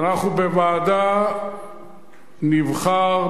ואנחנו בוועדה נבחר,